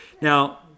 Now